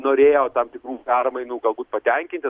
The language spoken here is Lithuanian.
norėjo tam tikrų permainų galbūt patenkinti